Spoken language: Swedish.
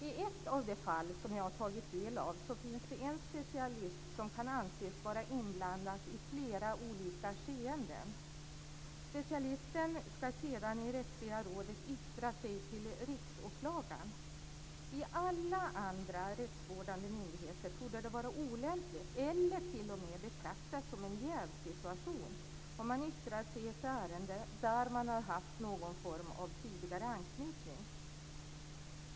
I ett av de fall som jag har tagit del av finns det en specialist som kan anses vara inblandad i flera olika skeenden. Specialisten ska sedan yttra sig i Rättsliga rådet till Riksåklagaren. I alla andra rättsvårdande myndigheter torde det vara olämpligt, eller t.o.m. betraktas som en jävssituation, om man yttrar sig i ett ärende där man har haft någon form av tidigare anknytning.